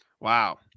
wow